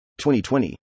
2020